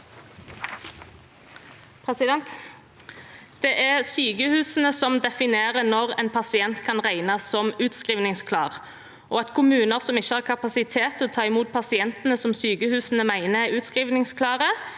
Det er sykehusene som definerer når en pasient kan regnes som utskrivningsklar, og kommuner som ikke har kapasitet til å ta imot pasientene som sykehusene mener er utskrivningsklare,